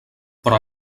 però